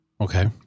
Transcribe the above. Okay